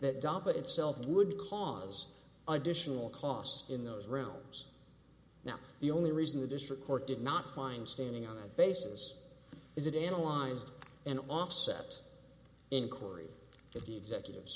that dump itself would cause additional costs in those rooms now the only reason the district court did not find standing on the basis is that analyzed and offsets in korea that the executive